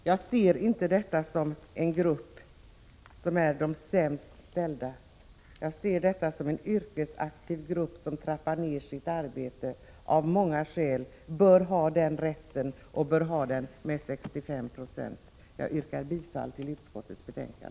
Jag ser inte delpensionärerna som en grupp bland de sämst ställda. Jag ser dem som en yrkesaktiv grupp som trappar ner sitt arbete, som av många skäl bör ha den rätten och som bör få 65 96. Jag yrkar bifall till utskottets hemställan.